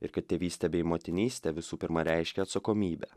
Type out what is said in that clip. ir kad tėvystė bei motinystė visų pirma reiškia atsakomybę